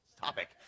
topic